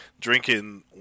drinking